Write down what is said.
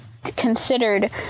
considered